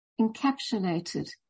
encapsulated